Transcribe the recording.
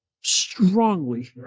strongly